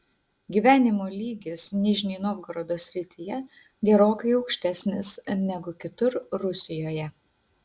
gyvenimo lygis nižnij novgorodo srityje gerokai aukštesnis negu kitur rusijoje